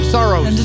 Sorrows